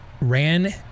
ran